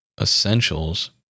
essentials